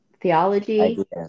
theology